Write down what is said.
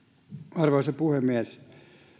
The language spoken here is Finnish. arvoisa puhemies